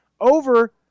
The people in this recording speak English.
over